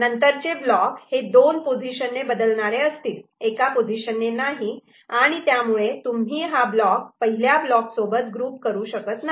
नंतरचे ब्लॉक हे दोन पोझिशन ने बदलणारे असतील एका पोझिशनने नाही आणि त्यामुळे तुम्ही हा ब्लॉक पहिल्या ब्लॉक सोबत ग्रुप करू शकत नाही